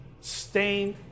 stained